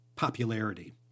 popularity